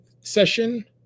session